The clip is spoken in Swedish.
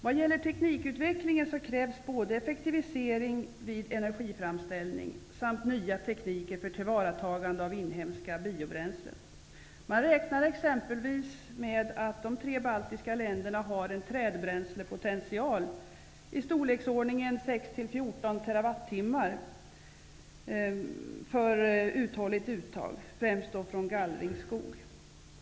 Vad gäller teknikutvecklingen krävs det både en effektivisering vid energiframställning och nya tekniker för tillvaratagande av inhemska biobränslen. Man räknar exempelvis med att de tre baltiska länderna har en trädbränslepotential i storleksordningen 6-14 TWh för uthålligt uttag, främst från gallringsskog.